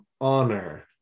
honor